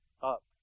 up